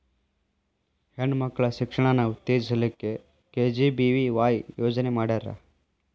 ಹೆಣ್ ಮಕ್ಳ ಶಿಕ್ಷಣಾನ ಉತ್ತೆಜಸ್ ಲಿಕ್ಕೆ ಕೆ.ಜಿ.ಬಿ.ವಿ.ವಾಯ್ ಯೋಜನೆ ಮಾಡ್ಯಾರ್